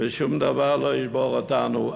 ושום דבר לא ישבור אותנו.